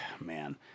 man